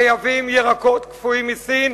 מייבאים ירקות קפואים מסין,